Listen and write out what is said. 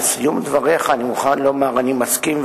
לסיום דבריך אני מוכן לומר: אני מסכים,